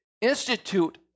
institute